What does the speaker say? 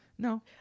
No